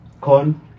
corn